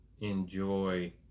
enjoy